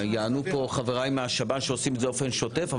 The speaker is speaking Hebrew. יענו פה חבריי מהשב"ן שעושים את זה באופן שוטף.